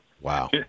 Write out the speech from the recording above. Wow